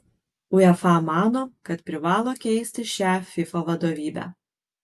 uefa mano kad privalo keisti šią fifa vadovybę